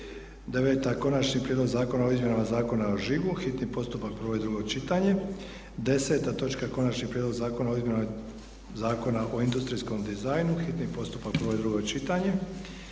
- Konačni prijedlog zakona o izmjenama Zakona o žigu, hitni postupak, prvo i drugo čitanje, P.Z. br. 37; - Konačni prijedlog zakona o izmjenama Zakona o industrijskom dizajnu, hitni postupak, prvo i drugo čitanje,